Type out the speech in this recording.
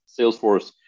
Salesforce